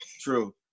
True